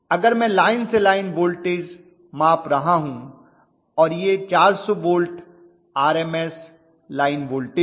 अगर मैं लाइन से लाइन वोल्टेज माप रहा हूँ और यह 400 वोल्ट आरएमएस लाइन वोल्टेज है